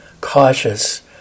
cautious